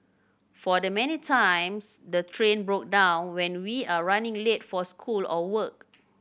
for the many times the train broke down when we are running late for school or work